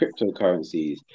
cryptocurrencies